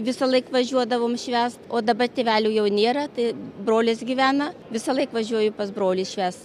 visąlaik važiuodavom švęst o dabar tėvelių jau nėra tai brolis gyvena visąlaik važiuoju pas brolį švęs